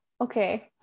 okay